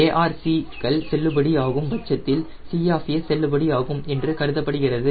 ARC கள் செல்லுபடியாகும் பட்சத்தில் C ஆஃப் A செல்லுபடியாகும் என்று கருதப்படுகிறது